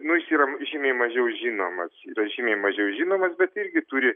nu jis yra žymiai mažiau žinomas yra žymiai mažiau žinomas bet irgi turi